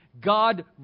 God